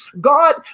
God